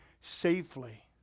safely